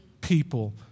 people